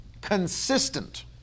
consistent